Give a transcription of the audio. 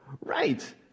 Right